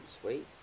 Sweet